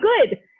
good